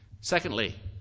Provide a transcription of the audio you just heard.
Secondly